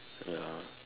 ya